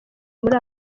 muri